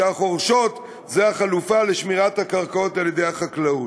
שהחורשות הן החלופה לשמירת הקרקעות על-ידי החקלאות.